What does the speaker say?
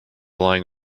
lying